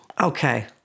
Okay